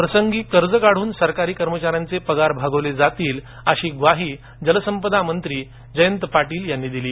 प्रसंगी कर्ज काढून सरकारी कर्मचाऱ्यांचे पगार भागवले जातील अशी ग्वाही जलसंपदामंत्री जयंत पाटील यांनी दिली